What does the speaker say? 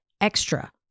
extra